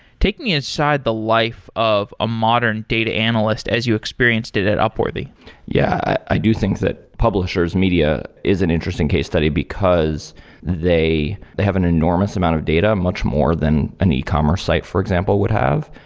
take me inside the life of a modern data analyst as you experienced it at upworthy yeah. i do think that publishers, media is an interesting case study, because they they have an enormous amount of data, much more than an e-commerce site, for example, would have.